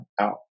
out